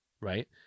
right